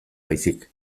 baizik